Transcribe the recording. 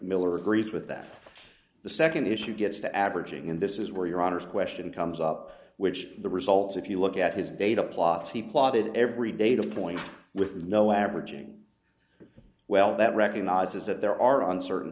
miller agrees with that the nd issue gets to averaging and this is where your honour's question comes up which the results if you look at his data plots he plotted every data point with no averaging well that recognizes that there are uncertain